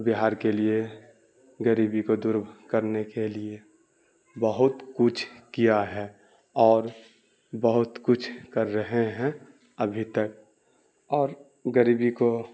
بہار کے لیے غریبی کو دور کرنے کے لیے بہت کچھ کیا ہے اور بہت کچھ کر رہے ہیں ابھی تک اور غریبی کو